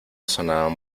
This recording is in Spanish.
sonaban